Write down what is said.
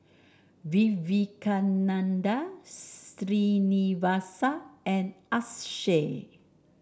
Vivekananda Srinivasa and Akshay